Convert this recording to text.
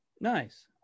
nice